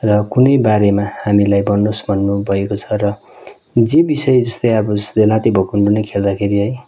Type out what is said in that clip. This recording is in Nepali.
र कुनै बारेमा हामीलाई भन्नुहोस् भन्नुभएको छ र जे विषय जस्तै अब लात्ते भकुन्डो पनि खेल्दाखेरि है